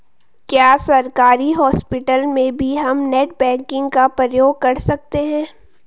क्या सरकारी हॉस्पिटल में भी हम नेट बैंकिंग का प्रयोग कर सकते हैं?